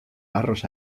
barros